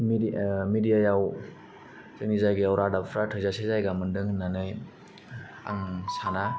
मिडियाया मिडियायाव जोंनि जायगायाव रादाबफ्रा थोजासे जायगा मोन्दों होननानै आं साना